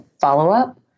follow-up